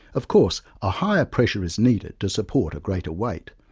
of course, a higher pressure is needed to support a greater weight,